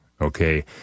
okay